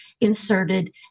inserted